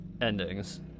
endings